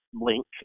Link